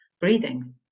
breathing